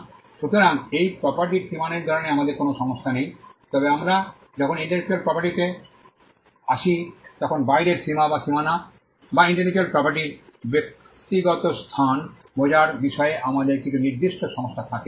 সুতরাং এই প্রপার্টির সীমানা নির্ধারণে আমাদের কোনও সমস্যা নেই তবে আমরা যখন ইন্টেলেকচুয়াল প্রপার্টিতে আসি তখন বাইরের সীমা বা সীমানা বা ইন্টেলেকচুয়াল প্রপার্টির ব্যক্তিগত স্থান বোঝার বিষয়ে আমাদের কিছু নির্দিষ্ট সমস্যা থাকে